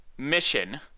mission